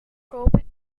kopen